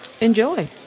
enjoy